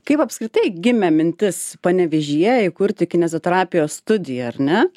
kaip apskritai gimė mintis panevėžyje įkurti kineziterapijos studiją ar ne